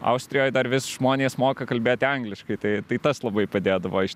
austrijoj dar vis žmonės moka kalbėti angliškai tai tai tas labai padėdavo iš